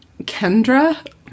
Kendra